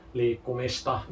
liikkumista